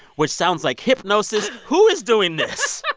which sounds like hypnosis. who is doing this?